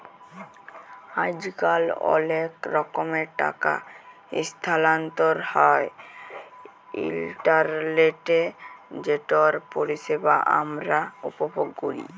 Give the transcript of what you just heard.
আইজকাল অলেক রকমের টাকা ইসথালাল্তর হ্যয় ইলটারলেটে যেটর পরিষেবা আমরা উপভোগ ক্যরি